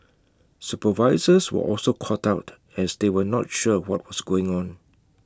supervisors were also caught out as they were not sure what was going on